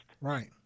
Right